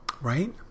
right